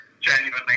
genuinely